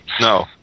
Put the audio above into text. No